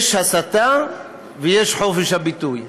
יש הסתה ויש חופש הביטוי.